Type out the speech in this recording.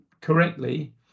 correctly